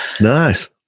Nice